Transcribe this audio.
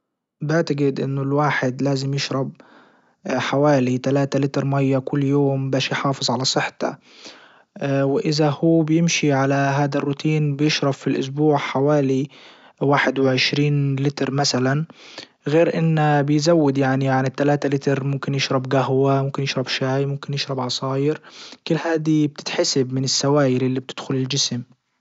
بعتجد انه الواحد لازم يشرب حوالي ثلاثة لتر مية كل يوم باش يحافظ على صحته واذا هو بيمشي على هادا الروتين بيشرب في الاسبوع حوالي واحد وعشرين لتر مثلا غير انه بيزود يعني يعني التلاتة لتر ممكن يشرب جهوة ممكن يشرب شاي ممكن يشرب عصاير كل هادي بتتحسب من السوايل اللي بتدخل الجسم.